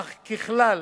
אך ככלל